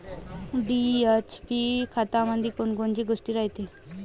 DAP खतामंदी कोनकोनच्या गोष्टी रायते?